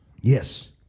Yes